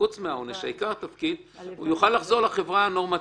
חוץ מהעונש זה עיקר התפקיד הוא יוכל לחזור לחברה הנורמטיבית.